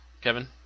Kevin